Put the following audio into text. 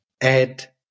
add